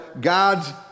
God's